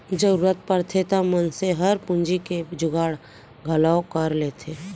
जरूरत परथे त मनसे हर पूंजी के जुगाड़ घलौ कर लेथे